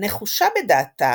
נחושה בדעתה